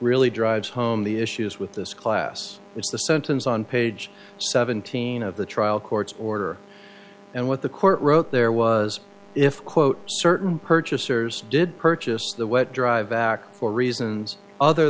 really drives home the issues with this class it's the sentence on page seventeen of the trial court's order and what the court wrote there was if quote certain purchasers did purchase the wet drive act for reasons other